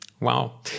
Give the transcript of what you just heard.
Wow